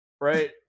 right